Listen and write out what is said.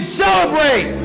celebrate